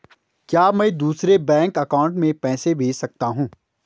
क्या मैं दूसरे बैंक अकाउंट में पैसे भेज सकता हूँ?